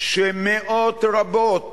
שמאות רבות